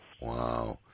Wow